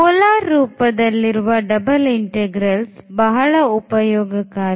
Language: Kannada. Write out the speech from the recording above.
polar ರೂಪದಲ್ಲಿರುವ double integrals ಬಹಳ ಉಪಯೋಗಕಾರಿ